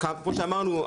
כמו שאמרנו,